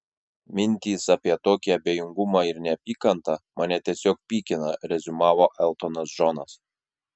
mintys apie tokį abejingumą ir neapykantą mane tiesiog pykina reziumavo eltonas džonas